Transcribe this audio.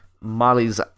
Molly's